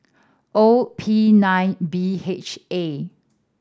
O P nine B H A